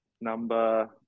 number